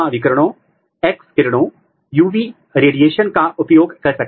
उदाहरण के लिए यह एक जेल चित्र है जो दिखा रहा है कि प्रोब कैसे उत्पन्न की जाए